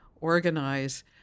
organize